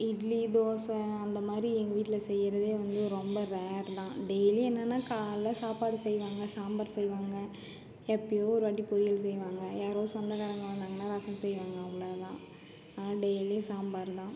இட்லி தோசை அந்தமாதிரி எங்கள் வீட்டில் செய்வதே வந்து ரொம்ப ரேர்தான் டெய்லியும் என்னென்னால் காலைல சாப்பாடு செய்வாங்க சாம்பார் செய்வாங்க எப்போயோ ஒரு வாட்டி பொரியல் செய்வாங்க யாரோ சொந்தக்காரவங்க வந்தாங்கன்னால் ரசம் செய்வாங்க அவ்வளோதான் ஆனால் டெய்லியும் சாம்பாருதான்